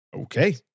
okay